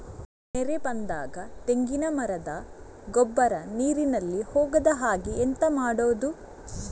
ನೆರೆ ಬಂದಾಗ ತೆಂಗಿನ ಮರದ ಗೊಬ್ಬರ ನೀರಿನಲ್ಲಿ ಹೋಗದ ಹಾಗೆ ಎಂತ ಮಾಡೋದು?